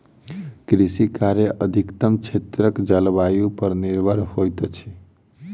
कृषि कार्य अधिकतम क्षेत्रक जलवायु पर निर्भर होइत अछि